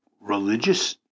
religious